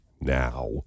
now